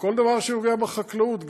שכל דבר שנוגע בחקלאות,